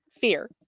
fear